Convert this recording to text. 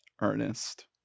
Ernest